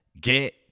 get